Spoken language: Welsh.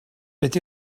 beth